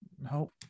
no